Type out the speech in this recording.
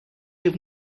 have